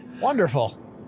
Wonderful